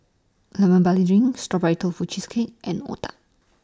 Lemon Barley Drink Strawberry Tofu Cheesecake and Otah